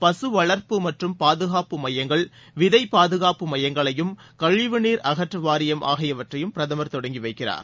பசு வள்ப்பு மற்றும் பாதுகாப்பு மையங்கள் விதை பாதுகாப்பு மையங்கள் கழிவு நீரகற்று வாரியம் ஆகியவற்றை பிரதமர் கொடங்கி வைக்கிறார்